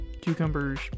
cucumbers